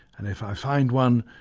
and if i find one,